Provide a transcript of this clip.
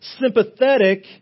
sympathetic